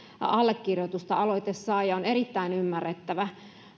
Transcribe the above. allekirjoitusta aloite sai ja on erittäin ymmärrettävä